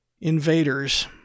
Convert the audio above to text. invaders